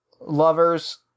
lovers